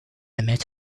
met